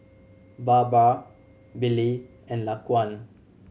Barbra Billy and Laquan